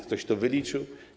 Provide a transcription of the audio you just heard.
Ktoś to wyliczył?